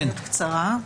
קודם כול,